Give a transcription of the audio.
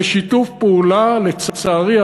בשיתוף פעולה, לצערי הרב,